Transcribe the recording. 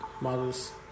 mothers